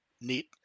neat